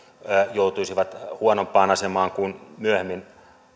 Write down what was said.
joutuisivat huonompaan asemaan kuin myöhemmin